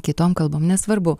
kitom kalbom nesvarbu